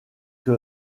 que